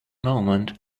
moment